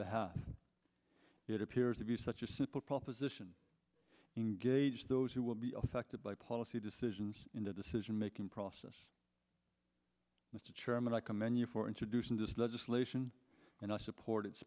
behalf it appears to be such a simple proposition engage those who will be affected by policy decisions in the decision making process mr chairman i commend you for introducing this legislation and i support it